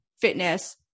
fitness